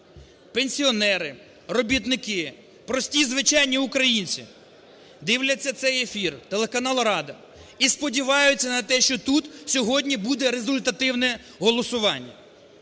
пенсіонери, робітники, прості звичайні українці дивлять цей ефір телеканал "Рада" і сподіваються на те, що тут сьогодні буде результативне голосування.